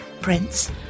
Prince